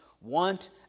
want